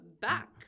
back